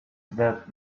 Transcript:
that